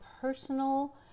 personal